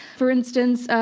for instance,